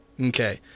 Okay